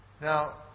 Now